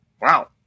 Wow